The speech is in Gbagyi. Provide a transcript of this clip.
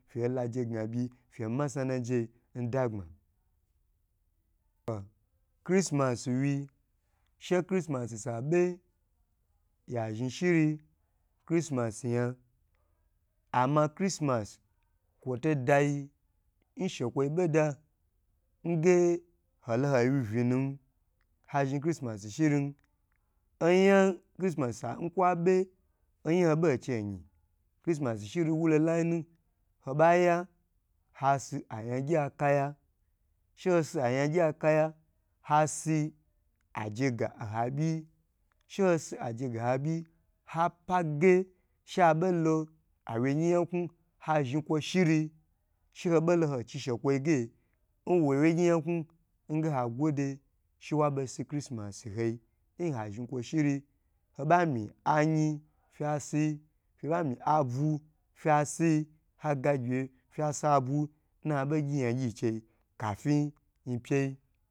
Fe la je gna byi fe masna najeyi nda gba n christmas wyi she christmas bye ya zhni shiri christmas yon ama chrsitmats kwoto dayi n shokwoyi bede nge holo hoi wyi vinu oyan n christmas shiri wu lo layi nu oba ya hasi ayan gyi akaya, hasi aje gaho byi she hosi agye ga ho byi hapa ge she abo lo awye gyi yankno ha zhi kwo shiri she ho bo lo ho chi she kwo ge nwo wye gye nyakna nge hagode she wa bo si chrstmas nhoi nha zhni kwo shiri ho ba mi ayin fye si bama abu fye si haga gyiwye fe si bu nnabo gyi yan gyi chei